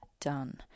done